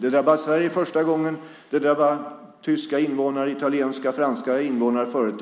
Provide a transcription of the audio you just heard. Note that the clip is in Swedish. Det drabbade Sverige första gången. Det drabbade tyska, italienska och franska invånare förut,